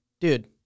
dude